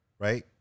Right